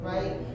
Right